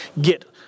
get